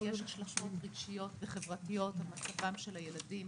יש השלכות רגשיות וחברתיות על הילדים,